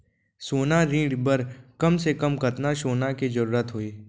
सोना ऋण बर कम से कम कतना सोना के जरूरत होही??